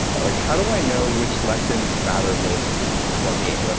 ah like how do i know which lectins matter most for me? like